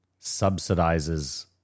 subsidizes